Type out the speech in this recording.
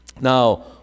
Now